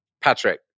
Patrick